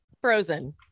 Frozen